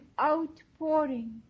outpouring